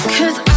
Cause